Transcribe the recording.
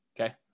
Okay